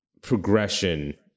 progression